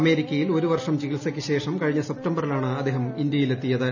അമേരിക്കയിൽ ഒരു വർഷം നീണ്ട ചിക്ടിത്സക്ക് ശേഷം കഴിഞ്ഞ സെപ്തംബറിലാണ് അദ്ദേഹം ഇത്ത്യിലെത്തിയത്